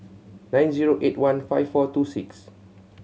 nine zero eight one five four two six